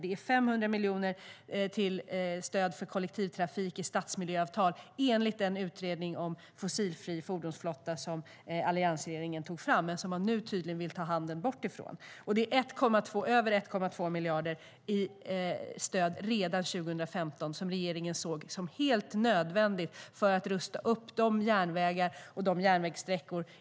Det är 500 miljoner till stöd för kollektivtrafik i stadsmiljöavtal, enligt den utredning om fossilfri fordonsflotta som alliansregeringen tog fram men som man nu tydligen vill ta sin hand ifrån. Det är över 1,2 miljarder i stöd redan 2015, som regeringen såg som helt nödvändigt för att rusta upp järnvägar och järnvägssträckor.